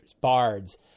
bards